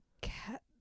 cat